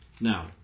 Now